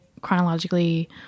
chronologically